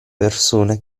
persone